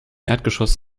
erdgeschoss